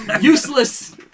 useless